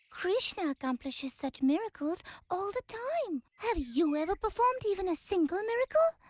krishna accomplishes such miracles all the time. have you ever performed even a single miracle?